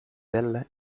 elle